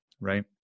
right